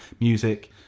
music